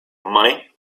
money